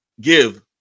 give